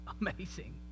amazing